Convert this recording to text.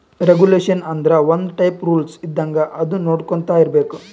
regulation ಆಂದುರ್ ಒಂದ್ type rules ಇದ್ದಂಗ ಅದು ನೊಡ್ಕೊಂತಾ ಇರ್ಬೇಕ್